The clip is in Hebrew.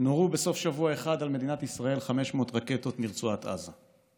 נורו בסוף שבוע אחד על מדינת ישראל 500 רקטות מרצועת עזה.